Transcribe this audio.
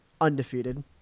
Undefeated